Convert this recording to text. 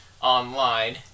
online